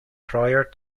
prior